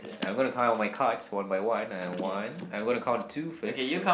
I'm gonna count all my cards one by one and uh one I'm gonna count two first so